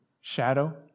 shadow